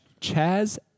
Chaz